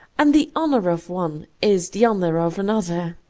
and the honor of one is the honor of another.